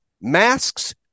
masks